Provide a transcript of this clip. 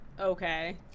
Okay